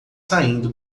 saindo